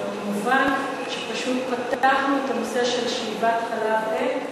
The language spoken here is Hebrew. במובן הזה שפשוט פתרנו את נושא שאיבת חלב אם,